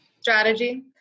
strategy